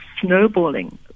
snowballing